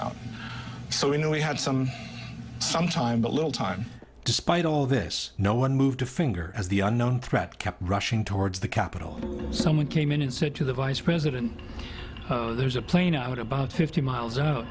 out so we knew we had some some time a little time despite all this no one moved a finger as the unknown threat kept rushing towards the capitol and someone came in and said to the vice pres and there's a plane out about fifty miles out